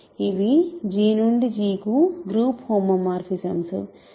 ఇవి G నుండి G కు గ్రూప్ హోమోమార్ఫిజమ్స్